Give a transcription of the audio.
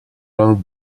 l’un